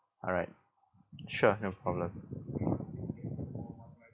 alright sure no problem